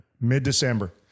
Mid-December